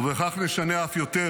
ובכך נשנה אף יותר,